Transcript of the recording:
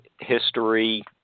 history